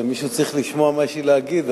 מישהו צריך לשמוע מה יש לי להגיד.